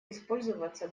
использоваться